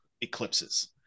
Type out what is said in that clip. eclipses